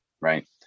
right